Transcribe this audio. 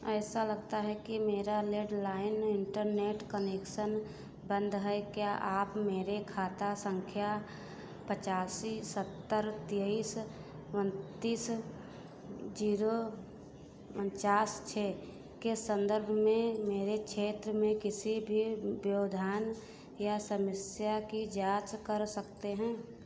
ऐसा लगता है कि मेरा लैण्डलाइन इन्टरनेट कनेक्शन बन्द है क्या आप मेरे खाता सँख्या पचासी सत्तर तेइस उनतीस ज़ीरो उनचास छह के सन्दर्भ में मेरे क्षेत्र में किसी भी व्यवधान या समस्या की जाँच कर सकते हैं